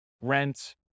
rent